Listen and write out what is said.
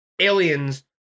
aliens